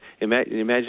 imagine